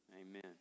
Amen